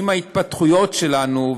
עם ההתפתחויות שלנו,